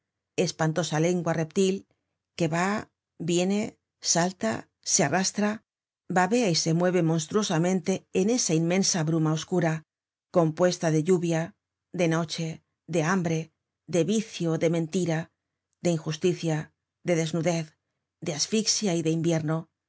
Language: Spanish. espantosa lengua reptil que va viene salta se arrastra babea y se mueve monstruosamente en esa inmensa bruma oscura compuesta de lluvia de noche de hambre de vicio de mentira de injusticia de desnudez de asfixia y de invierno